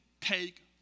take